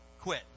quit